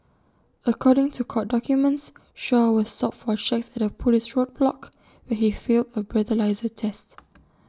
according to court documents Shaw was stopped for checks at A Police roadblock where he failed A breathalyser test